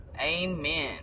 amen